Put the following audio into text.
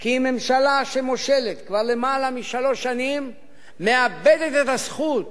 כי ממשלה שמושלת כבר יותר משלוש שנים מאבדת את הזכות